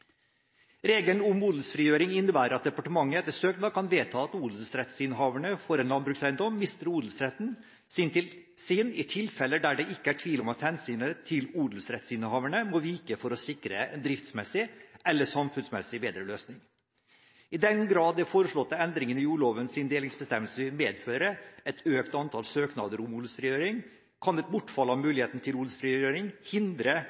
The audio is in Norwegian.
Regelen om odelsfrigjøring innebærer at departementet etter søknad kan vedta at odelsrettsinnehaverne for en landbrukseiendom mister odelsretten sin i tilfeller der det ikke er tvil om at hensynet til odelsrettsinnehaverne må vike for å sikre en driftsmessig eller samfunnsmessig bedre løsning. I den grad den foreslåtte endringen i jordlovens delingsbestemmelse vil medføre et økt antall søknader om odelsfrigjøring, kan et bortfall av muligheten til odelsfrigjøring hindre